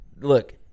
look